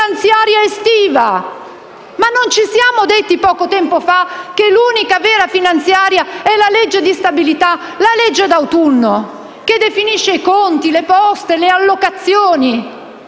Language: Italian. finanziaria estiva? Ma non ci siamo detti, poco tempo fa, che l'unica vera finanziaria è la legge di stabilità, la legge d'autunno, che definisce i conti, le poste, le allocazioni,